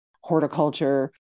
horticulture